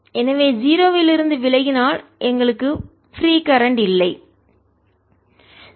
எனவே 0 இல் இருந்து விலகினால் எங்களுக்கு பிரீ கரண்ட் இல்லை H Jfree0